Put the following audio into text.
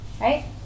right